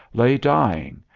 lay dying,